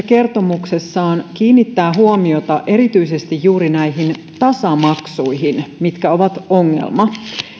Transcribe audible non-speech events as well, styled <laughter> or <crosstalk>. <unintelligible> kertomuksessaan kiinnittää huomiota erityisesti juuri näihin tasamaksuihin mitkä ovat ongelma